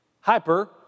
hyper